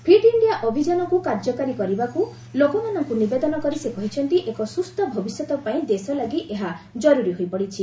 fit India ଭିଯାନକୁ କାର୍ଯ୍ୟକାରୀ କରିବାକୁ ଲୋକମାନଙ୍କୁ ନିବେଦନ କରି ସେ କହିଛନ୍ତି ଏକ ସୁସ୍ଥ ଭବିଷ୍ୟତ ପାଇଁ ଦେଶ ଲାଗି ଏହା ଜରୁରି ହୋଇପଡ଼ିଛି